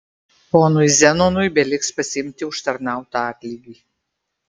ponui zenonui beliks pasiimti užtarnautą atlygį